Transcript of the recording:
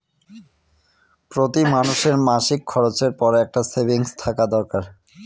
প্রতি মানুষের মাসিক খরচের পর একটা সেভিংস থাকা দরকার